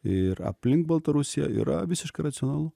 ir aplink baltarusiją yra visiškai racionalu